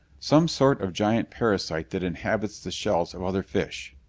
some sort of giant parasite that inhabits the shells of other fish.